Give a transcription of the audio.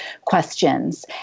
questions